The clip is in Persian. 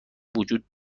وجود